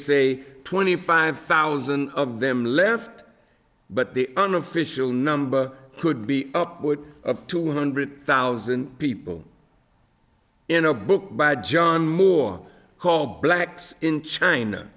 say twenty five thousand of them left but the unofficial number could be upwards of two hundred thousand people in a book by john moore called blacks in china